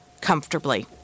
comfortably